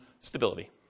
stability